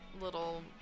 little